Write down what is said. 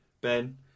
Ben